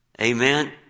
Amen